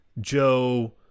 Joe